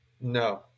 No